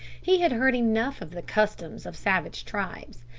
he had heard enough of the customs of savage tribes,